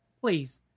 please